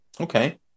Okay